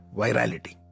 virality